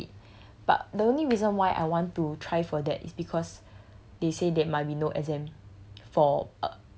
so I might not even get it but the only reason why I want to try for that is because they say there might be no exam